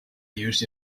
used